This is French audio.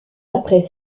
après